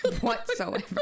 Whatsoever